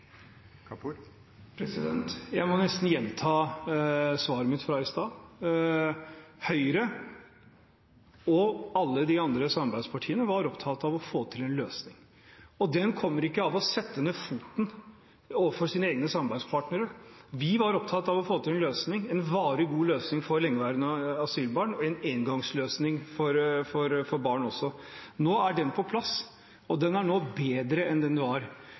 Jeg må nesten gjenta svaret mitt fra i stad. Høyre og alle de andre samarbeidspartiene var opptatt av å få til en løsning, og den kommer ikke ved å sette ned foten overfor sine egne samarbeidspartnere. Vi var opptatt av å få til en løsning, en varig god løsning for lengeværende asylbarn og en engangsløsning for barn også. Nå er den på plass, og den er nå bedre enn den var.